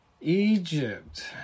Egypt